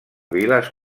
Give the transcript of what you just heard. viles